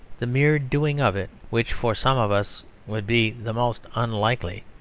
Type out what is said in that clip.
the mere doing of it which for some of us would be the most unlikely,